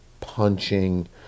punching